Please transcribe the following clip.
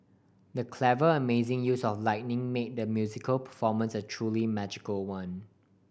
the clever amazing use of lighting made the musical performance a truly magical one